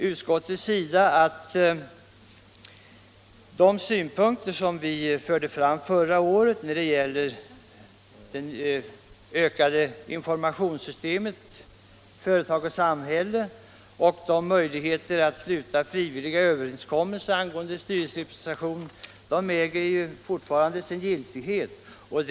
Utskottet säger att de förändringar som föreslogs förra året i informationssystemet företag-samhälle och möjligheten att sluta frivilliga överenskommelser om styrelserepresentation fortfarande äger sin giltighet.